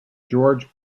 george